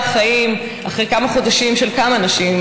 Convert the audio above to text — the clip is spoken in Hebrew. אחרי כמה חודשים של כמה נשים,